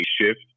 shift